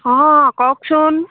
অঁ কওকচোন